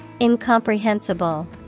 Incomprehensible